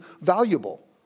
valuable